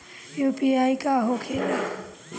UPI का होके ला?